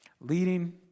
leading